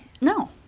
No